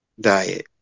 diet